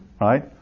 right